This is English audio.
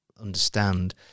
understand